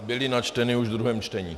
Byly načteny už v druhém čtení.